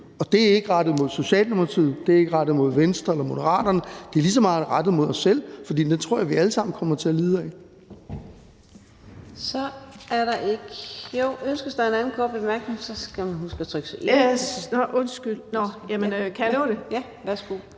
det er ikke bare rettet mod Venstre eller Moderaterne; det er lige så meget rettet mod os selv, for det tror jeg vi alle sammen kommer til at lide af.